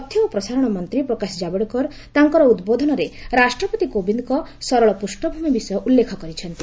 ତଥ୍ୟ ଓ ପ୍ରସାରଣ ମନ୍ତ୍ରୀ ପ୍ରକାଶ ଜାବଡେକର ତାଙ୍କର ଉଦ୍ବୋଧନରେ ରାଷ୍ଟ୍ରପତି କୋବିନ୍ଦଙ୍କ ସରଳ ପୃଷ୍ଣଭୂମି ବିଷୟ ଉଲ୍ଲ୍ଲେଖ କରିଛନ୍ତି